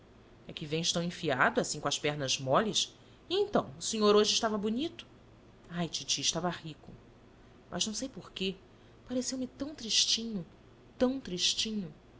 e que vens tão enfiado assim com as pernas moles e então o senhor hoje estava bonito ai titi estava rico mas não sei por que pareceu-me tão tristinho tão tristinho